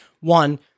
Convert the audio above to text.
one